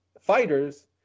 fighters